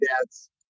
dad's